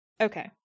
Okay